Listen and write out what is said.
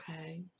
Okay